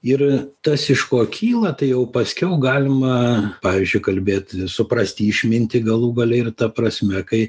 ir tas iš ko kyla tai jau paskiau galima pavyzdžiui kalbėt suprasti išmintį galų gale ir ta prasme kai